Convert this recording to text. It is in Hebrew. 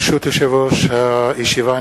ברשות יושב-ראש הישיבה,